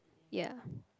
ya